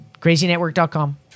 Crazynetwork.com